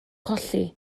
colli